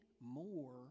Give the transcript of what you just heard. more